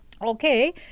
Okay